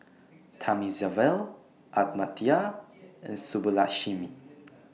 Thamizhavel Amartya and Subbulakshmi